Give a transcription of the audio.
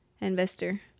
investor